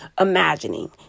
imagining